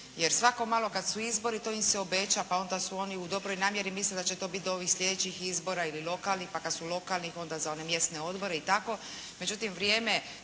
Jer svako malo kada su izbori, to im se obeća, pa onda su oni u dobroj namjeri mislili da će to biti ovih sljedećih izbora ili lokalnih, pa kada su lokalnih, onda za one mjesne odbore i tako.